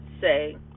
Say